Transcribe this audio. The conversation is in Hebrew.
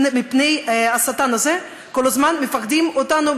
ומהשטן הזה כל הזמן מפחידים אותנו,